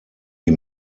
die